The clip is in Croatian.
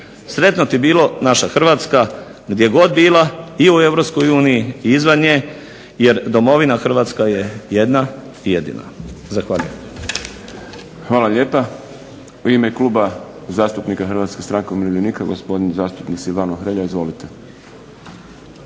Sretno ti bilo naša Hrvatska gdje god bila i u Europskoj uniji i izvan nje, jer domovina Hrvatska je jedna i jedina. Zahvaljujem. **Šprem, Boris (SDP)** Hvala lijepa. U ime Kluba Hrvatske stranke umirovljenika gospodin zastupnik Silvano Hrelja. Izvolite.